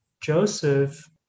Joseph